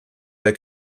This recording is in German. der